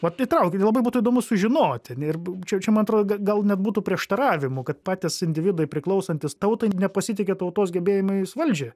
vat įtraukit labai būtų įdomu sužinoti ir čia čia man atrodo gal gal net būtų prieštaravimų kad patys individai priklausantys tautai nepasitiki tautos gebėjimais valdžią